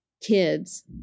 kids